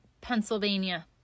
Pennsylvania